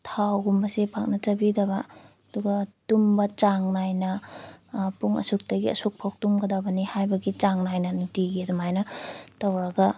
ꯊꯥꯎꯒꯨꯝꯕꯁꯦ ꯄꯥꯛꯅ ꯆꯥꯕꯤꯗꯕ ꯑꯗꯨꯒ ꯇꯨꯝꯕ ꯆꯥꯡ ꯅꯥꯏꯅ ꯄꯨꯡ ꯑꯁꯨꯛꯇꯒꯤ ꯑꯁꯨꯛꯐꯥꯎ ꯇꯨꯝꯒꯗꯕꯅꯦ ꯍꯥꯏꯕꯒꯤ ꯆꯥꯡ ꯅꯥꯏꯅ ꯅꯨꯡꯇꯤꯒꯤ ꯑꯗꯨꯃꯥꯏꯅ ꯇꯧꯔꯒ